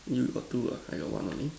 you got two ah I got one only